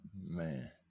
Man